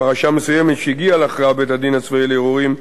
בפרשה מסוימת שהגיעה להכרעת בית-הדין הצבאי לערעורים,